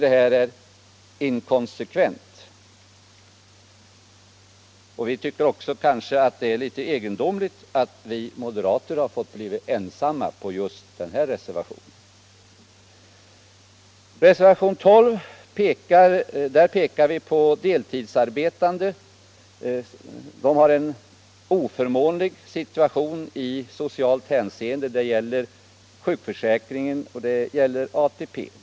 Det är inkonsekvent, och vi anser det egendomligt att vi moderater har blivit ensamma om just denna reservation. I reservationen 12 framhåller vi att de deltidsarbetande har en oförmånlig situation i socialt hänseende, bl.a. när det gäller sjukförsäkring och ATP.